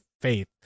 faith